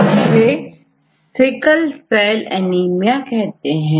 इसे sickle cell anaemia कहते हैं